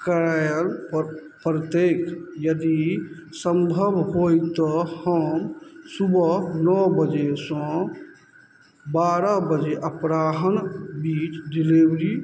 करयल पड़तैक यदि सम्भव होइ तऽ हम सुबह नओ बजेसँ बारह बजे अपराह्न बीच डिलीवरी